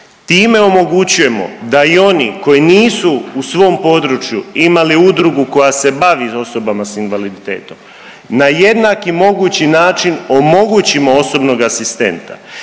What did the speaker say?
Time omogućujemo da i oni koji nisu u svom području imali udrugu koja se bavi osobama s invaliditetom na jednaki mogući način omogućimo osobnog asistenta